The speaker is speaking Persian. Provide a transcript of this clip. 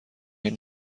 این